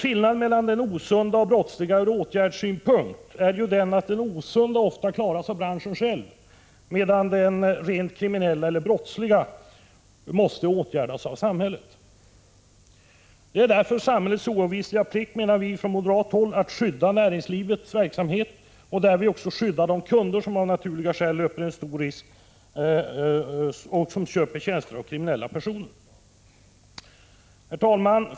Skillnaden mellan den osunda och den brottsliga verksamheten från åtgärdssynpunkt är att den osunda ofta klaras av branschen själv, medan den brottsliga måste åtgärdas av samhället. Det är samhällets oavvisliga plikt, menar vi från moderat håll, att skydda näringsverksamhet och därvid också skydda kunder som av naturliga skäl löper en större risk när de köper tjänster av kriminella personer. Herr talman!